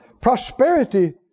Prosperity